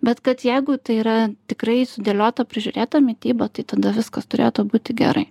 bet kad jeigu tai yra tikrai sudėliota prižiūrėta mityba tai tada viskas turėtų būti gerai